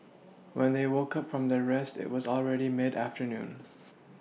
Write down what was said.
when they woke up from their rest it was already mid afternoon